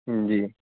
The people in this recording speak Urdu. جی